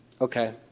okay